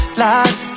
lies